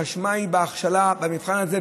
האשמה היא בהכשלה במבחן הזה,